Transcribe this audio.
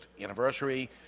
anniversary